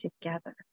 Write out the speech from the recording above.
together